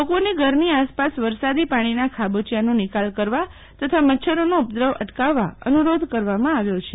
લોકોને ઘરની આસપાસ વરસાદી પાણીના ખાબોચિયાનો નિકાલ કરવા તથા મેચ્છરોનો ઉપ્પદ્રવ અટકાવવા અનુરોધ કરવામાં આવ્યો છે